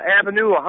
Avenue